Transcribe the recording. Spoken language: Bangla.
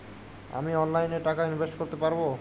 আমি অনলাইনে টাকা ইনভেস্ট করতে পারবো?